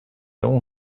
all